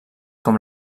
com